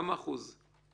כמה אחוז?